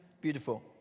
Beautiful